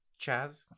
Chaz